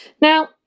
Now